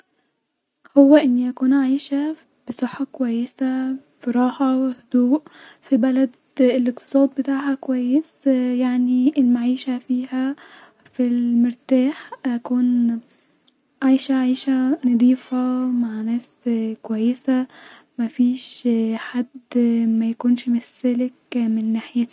هو اني اكون عايشه بصحه كويسه-ب في راحه وهدوء- في بلاد الاقتصاد بتاعها كويس يعني--المعيشه فيها-في المرتاح-اكون عايشه عيشه -مضيفه-مع ناس كويسه-مافيش حد -يكون مش سالك من نحيتي